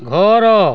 ଘର